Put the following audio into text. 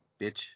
bitch